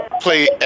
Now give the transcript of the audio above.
play